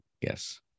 yes